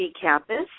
campus